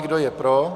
Kdo je pro?